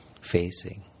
facing